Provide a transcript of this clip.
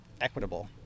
equitable